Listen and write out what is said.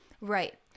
right